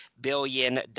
billion